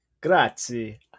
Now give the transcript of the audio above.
Grazie